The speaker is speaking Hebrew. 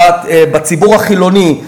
בציבור החילוני,